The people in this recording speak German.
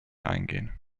eingehen